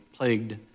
plagued